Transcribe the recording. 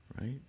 Right